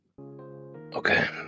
Okay